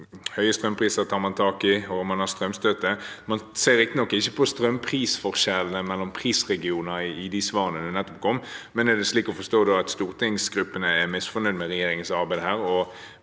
høye strømpriser som man tar tak i, og man har strømstøtte. Man ser riktignok ikke på strømprisforskjellene mellom prisregioner i de svarene som nettopp kom. Er det slik å forstå at stortingsgruppene er misfornøyd med regjeringens arbeid